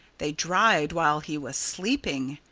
they dried while he was sleeping.